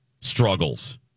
struggles